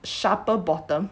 sharper bottom